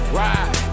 ride